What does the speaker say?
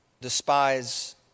despise